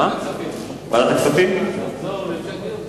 ועדת הכספים להמשך דיון.